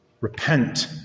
Repent